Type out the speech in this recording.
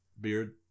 beard